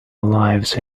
lives